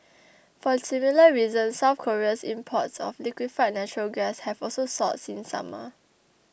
for similar reasons South Korea's imports of liquefied natural gas have also soared since summer